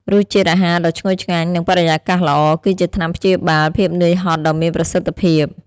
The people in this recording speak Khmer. រសជាតិអាហារដ៏ឈ្ងុយឆ្ងាញ់ និងបរិយាកាសល្អ គឺជាថ្នាំព្យាបាលភាពនឿយហត់ដ៏មានប្រសិទ្ធភាព។